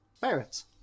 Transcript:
Pirates